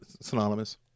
synonymous